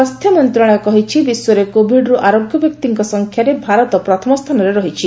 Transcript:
ସ୍ୱାସ୍ଥ୍ୟ ମନ୍ତ୍ରଣାଳୟ କହିଛି ବିଶ୍ୱରେ କୋଭିଡ୍ର ଆରୋଗ୍ୟ ବ୍ୟକ୍ତିଙ୍କ ସଂଖ୍ୟାରେ ଭାରତ ପ୍ରଥମସ୍ଥାନରେ ରହିଛି